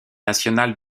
nationales